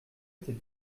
était